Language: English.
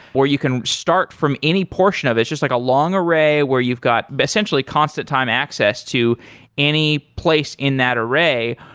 or you can start from any portion of it. it's just like a long array, where you've got essentially constant time access to any place in that array,